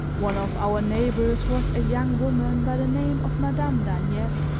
one of our neighbors was a young woman by the name of madame daniel,